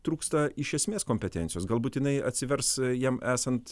trūksta iš esmės kompetencijos galbūt jinai atsivers jam esant